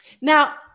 now